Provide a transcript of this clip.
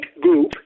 group